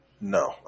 No